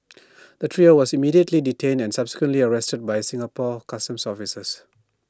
the trio was immediately detained and subsequently arrested by Singapore Customs officers